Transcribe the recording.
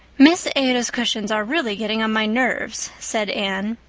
miss ada's cushions are really getting on my nerves, said anne.